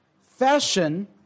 Fashion